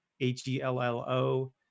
H-E-L-L-O